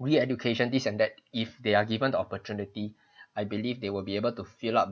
re education this and that if they are given the opportunity I believe they will be able to fill up